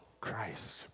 Christ